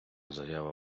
заява